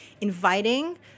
inviting